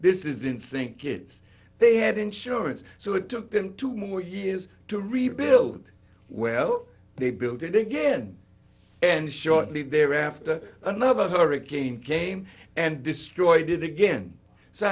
insane kids they had insurance so it took them two more years to rebuild well they built it again and shortly thereafter another hurricane came and destroyed it again so